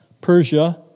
Persia